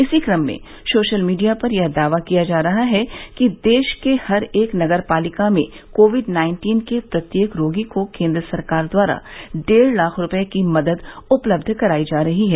इसी क्रम में सोशल मीडिया पर यह दावा किया जा रहा है कि देश के हर एक नगर पालिका में कोविड नाइन्टीन के प्रत्येक रोगी को केंद्र सरकार द्वारा डेढ लाख रूपये की मदद उपलब्ध कराई जा रही है